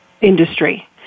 industry